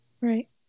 right